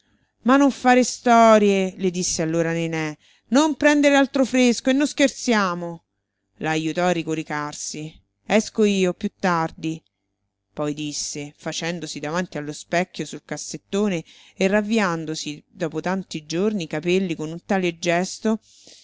ma non fare storie le disse allora nené non prendere altro fresco e non scherziamo la ajutò a ricoricarsi esco io più tardi poi disse facendosi davanti allo specchio sul cassettone e ravviandosi dopo tanti giorni i capelli con un tale gesto